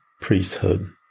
priesthood